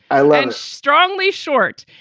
i lend strongly short.